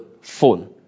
phone